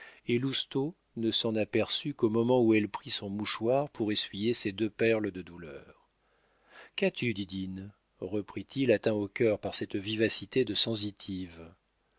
et lousteau ne s'en aperçut qu'au moment où elle prit son mouchoir pour essuyer ces deux perles de douleur qu'as-tu didine reprit-il atteint au cœur par cette vivacité de sensitive